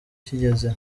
kigeze